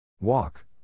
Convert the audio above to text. Walk